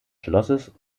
schlosses